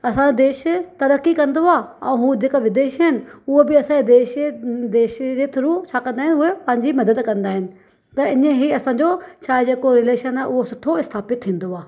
असांजो देश तरक़ी कंदो आहे ऐं उहो जेका विदेश आहिनि उहो बि असांजे देश जे देश जे थ्रू छा कंदा आहिनि उहे पंहिंजी मदद कंदा आहिनि त हीअं इहे असांजो छा जेको रिलेशन आहे उहो सुठो स्थापित थींदो आहे